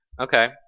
okay